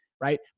right